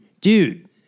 dude